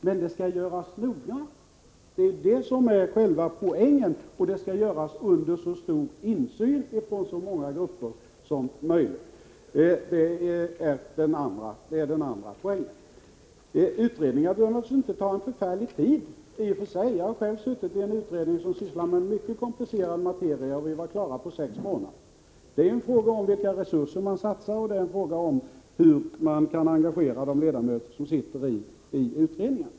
Men arbetet skall göras noggrant — det är själva poängen — och under så stor insyn som möjligt från så många grupper som möjligt. Utredningar behöver inte ta en förfärlig tid. Jag har själv suttit i en utredning, som sysslade med mycket komplicerad materia. Vi var klara på sex månader. Det är fråga om vilka resurser man satsar och hur man kan engagera utredningens ledamöter.